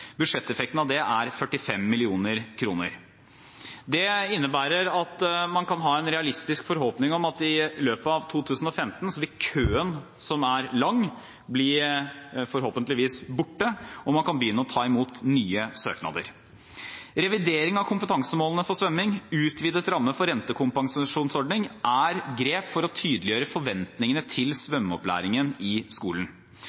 Budsjetteffekten av det er 45 mill. kr. Det innebærer at man kan ha en realistisk forhåpning om at i løpet av 2015 vil køen, som er lang, forhåpentligvis bli borte, slik at man kan begynne å ta imot nye søknader. Revidering av kompetansemålene for svømming og utvidet ramme for rentekompensasjonsordningen er grep for å tydeliggjøre forventningene til